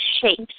shapes